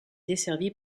desservie